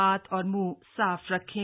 हाथ और मुंह साफ रखें